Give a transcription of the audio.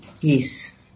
Yes